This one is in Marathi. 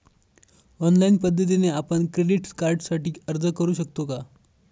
ऑनलाईन पद्धतीने आपण क्रेडिट कार्डसाठी अर्ज करु शकतो का?